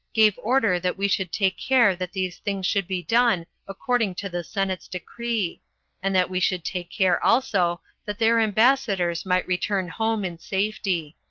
gave order that we should take care that these things should be done according to the senate's decree and that we should take care also that their ambassadors might return home in safety.